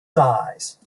size